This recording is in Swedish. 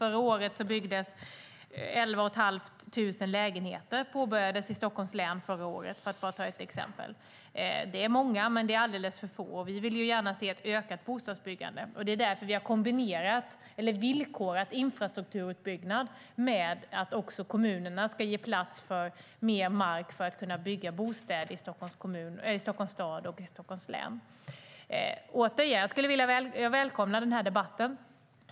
Förra året påbörjades byggandet av 11 500 lägenheter i Stockholms län, för att bara ta ett exempel. Det är många, men alldeles för få. Vi vill gärna se ett ökat bostadsbyggande. Det är därför vi har villkorat infrastrukturutbyggnaden med att kommunerna ska ge plats för mer mark till bostäder i Stockholms stad och Stockholms län. Jag välkomnar den här debatten.